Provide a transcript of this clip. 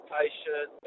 patient